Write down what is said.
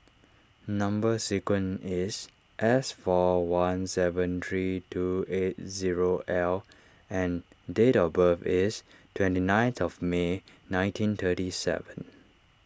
Number Sequence is S four one seven three two eight zero L and date of birth is twenty ninth of May nineteen thirty seven